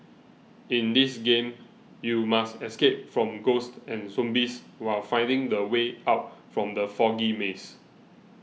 in this game you must escape from ghosts and zombies while finding the way out from the foggy maze